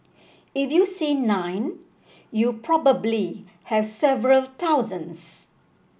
if you see nine you probably have several thousands